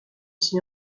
s’y